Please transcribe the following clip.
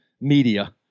media